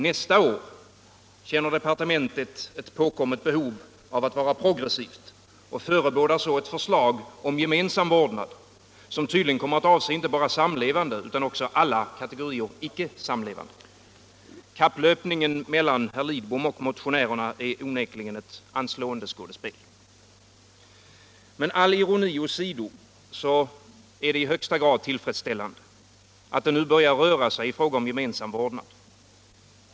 Nästa år känner departementet ett hastigt påkommet behov av att vara progressivt och förebådar så ett förslag om gemensam vårdnad, som tydligen kommer att avse inte bara samlevande utan också alla kategorier icke samlevande. Kapplöpningen mellan herr Lidbom och motionärerna är onekligen ett anslående skådespel. Men all ironi åsido är det i högsta grad tillfredsställande att det nu börjar röra sig i fråga om gemensam vårdnad.